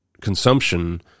consumption